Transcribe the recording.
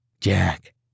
Jack